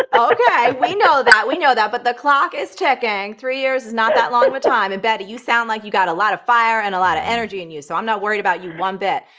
ah okay. we know that, we know that, but the clock is ticking. three years is not that long of a time, and betty, you sound like you got a lot of fire and a lot of energy in you. so i'm not worried about you one bit.